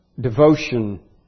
devotion